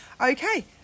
Okay